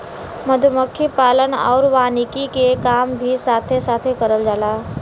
मधुमक्खी पालन आउर वानिकी के काम भी साथे साथे करल जाला